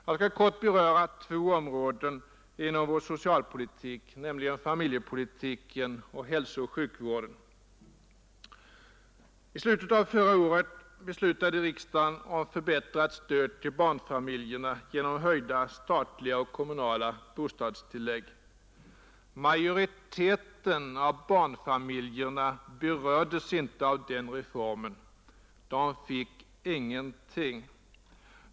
Jag skall kort beröra två områden inom vår socialpolitik, nämligen familjepolitiken och hälsooch sjukvården. I slutet av förra året beslutade riksdagen om förbättrat stöd till barnfamiljerna genom höjda statliga och kommunala bostadstillägg. Majoriteten av barnfamiljerna berördes inte av den reformen. De fick ingenting.